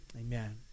Amen